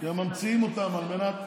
הם ממציאים אותן על מנת